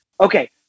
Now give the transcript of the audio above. okay